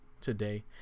today